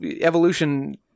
evolution